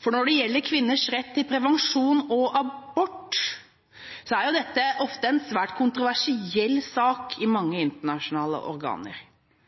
For når det gjelder kvinners rett til prevensjon og abort, er dette ofte en svært kontroversiell sak i mange internasjonale organer.